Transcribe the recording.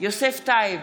יוסף טייב,